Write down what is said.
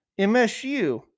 MSU